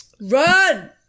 Run